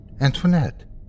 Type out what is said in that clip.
Antoinette